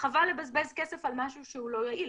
חבל לבזבז כסף על משהו שהוא לא יעיל.